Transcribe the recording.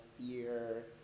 fear